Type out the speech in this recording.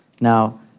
Now